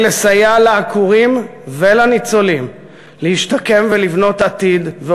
לסייע לעקורים ולניצולים להשתקם ולבנות עתיד,